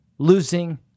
Losing